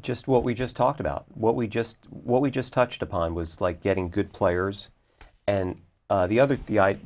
just what we just talked about what we just what we just touched upon was like getting good players and the other the